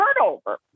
turnover